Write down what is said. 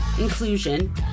inclusion